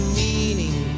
meaning